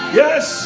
yes